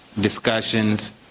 discussions